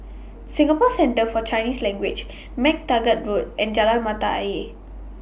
Singapore Centre For Chinese Language MacTaggart Road and Jalan Mata Ayer